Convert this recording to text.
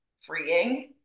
freeing